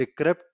decrypt